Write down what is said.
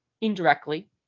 indirectly